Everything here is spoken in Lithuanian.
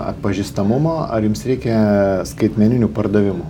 atpažįstamumo ar jums reikia skaitmeninių pardavimų